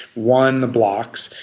won the blocks.